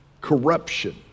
corruption